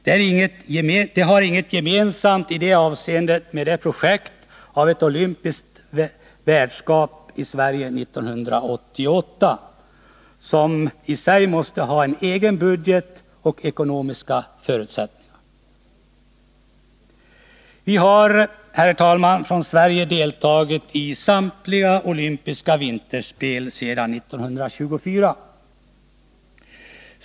Frågan om organisationsstödet har inget gemensamt med projektet angående ett olympiskt värdskap i Sverige 1988, som måste ha en egen budget och egna ekonomiska förutsättningar. Vi har, herr talman, från Sverige deltagit i samtliga olympiska vinterspel sedan 1924.